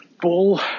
ball